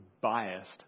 biased